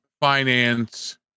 finance